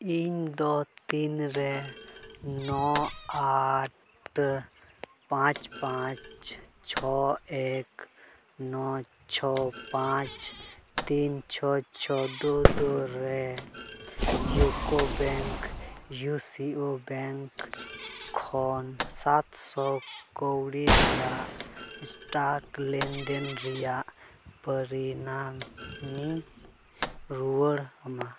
ᱤᱧᱫᱚ ᱛᱤᱱᱨᱮ ᱱᱚ ᱟᱴ ᱯᱟᱸᱪ ᱯᱟᱸᱪ ᱪᱷᱚ ᱮᱠ ᱱᱚ ᱪᱷᱚ ᱯᱟᱸᱪ ᱛᱤᱱ ᱪᱷᱚ ᱪᱷᱚ ᱫᱳ ᱫᱳ ᱨᱮ ᱠᱷᱚᱱ ᱥᱟᱛ ᱥᱚ ᱠᱟᱹᱣᱰᱤ ᱨᱮᱭᱟᱜ ᱞᱮᱱᱫᱮᱱ ᱨᱮᱭᱟᱜ ᱯᱚᱨᱤᱢᱟᱱᱤᱧ ᱨᱩᱭᱟᱹᱲ ᱟᱢᱟ